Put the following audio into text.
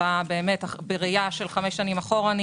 שבא בראייה של חמש שנים אחורה.